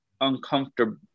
uncomfortable